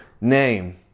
name